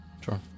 Sure